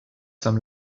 some